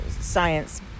science